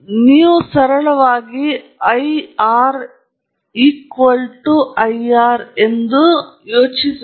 ಮತ್ತು ನೀವು ಸರಳವಾಗಿ ಐಆರ್ ಐಆರ್ಗೆ ಸಮನಾಗಿರುತ್ತದೆ ಎಂದು ಹೇಳುವಿರಿ ಆದ್ದರಿಂದ ಪ್ರತಿರೋಧವು ಕೇವಲ ಡಿ ವಿ ಅಳತೆಯಾಗಿರುತ್ತದೆ ಮತ್ತು ನೀವು ಪ್ರತಿರೋಧವನ್ನು ಪಡೆದಿರುವಿರಿ